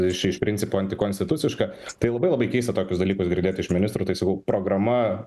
iš iš principo antikonstituciška tai labai labai keista tokius dalykus girdėt iš ministrų tai sakau programa